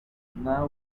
now